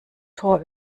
tor